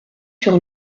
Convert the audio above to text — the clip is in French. sur